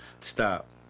Stop